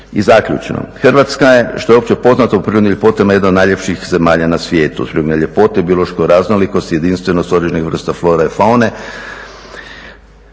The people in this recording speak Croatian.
I zaključno, Hrvatska je što je opće poznato u prirodnim ljepotama jedna od najljepših zemalja na svijetu. Uz prirode ljepote i biološku raznolikost, jedinstvenost određenih vrsta flore i faune,